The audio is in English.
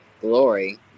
glory